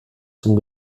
zum